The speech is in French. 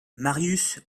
marius